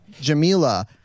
Jamila